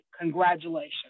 congratulations